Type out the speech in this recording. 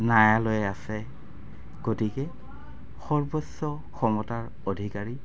নায়ালয় আছে গতিকে সৰ্বোচ্চ ক্ষমতাৰ অধিকাৰী